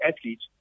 athletes